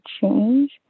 change